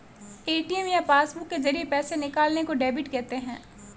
ATM या passbook के जरिये पैसे निकालने को डेबिट कहते हैं